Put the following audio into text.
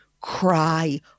cry